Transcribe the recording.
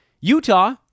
Utah